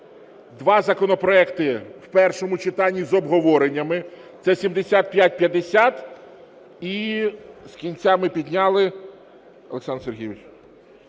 два законопроекти в першому читанні з обговореннями. Це 7550 і з кінця ми підняли, Олександр Сергійович,